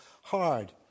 hard